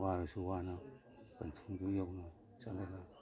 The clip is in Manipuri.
ꯋꯥꯔꯁꯨ ꯋꯥꯅ ꯄꯟꯊꯨꯡꯗꯨ ꯌꯧꯅ ꯆꯠꯂꯒ